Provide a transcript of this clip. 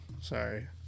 Sorry